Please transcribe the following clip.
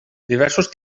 diversos